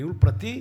לניהול פרטי,